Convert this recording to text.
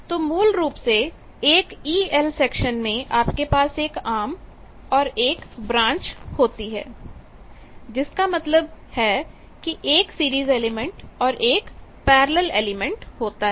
तो मूल रूप से एक EL सेक्शन में आपके पास एक आर्म और एक ब्रांच होती है जिसका मतलब है कि एक सीरीज एलिमेंट और 1 पैरेलल एलिमेंट होता है